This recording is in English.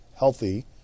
Healthy